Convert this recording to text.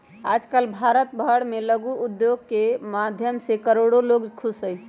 आजकल भारत भर में लघु उद्योग के माध्यम से करोडो लोग खुश हई